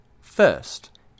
First